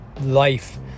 life